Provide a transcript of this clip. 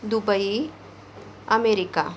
Dubai America